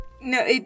No